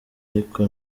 ariko